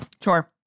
Sure